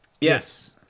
Yes